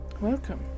welcome